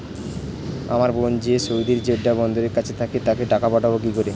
আমার বোন যে সৌদির জেড্ডা বন্দরের কাছে থাকে তাকে টাকা পাঠাবো কি করে?